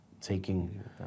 taking